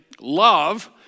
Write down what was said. love